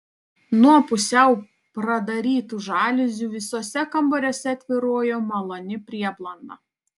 nuo pusiau pradarytų žaliuzių visuose kambariuose tvyrojo maloni prieblanda